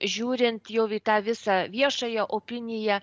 žiūrint jau į tą visą viešąją opiniją